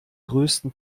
größten